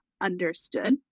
understood